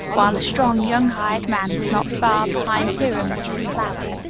while a strong, young, hired man was not far behind hiram with his plowing.